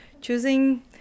choosing